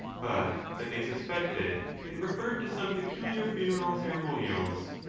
but that they suspected it referred to some peculiar funeral ceremonials.